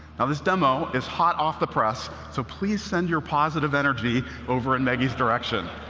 now this demo is hot off the press. so please send your positive energy over in maggie's direction.